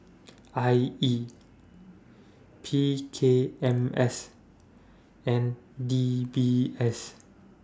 I E P K M S and D B S